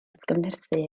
atgyfnerthu